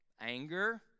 Anger